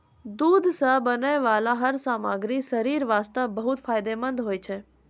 दूध सॅ बनै वाला हर सामग्री शरीर वास्तॅ बहुत फायदेमंंद होय छै